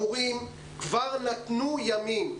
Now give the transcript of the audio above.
המורים כבר נתנו ימים.